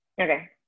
Okay